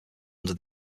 under